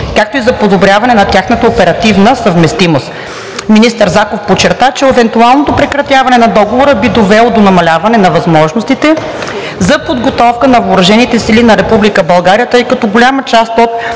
както и за подобряване на тяхната оперативна съвместимост. Министър Заков подчерта, че евентуалното прекратяване на договора би довело до намаляване на възможностите за подготовка на въоръжените сили на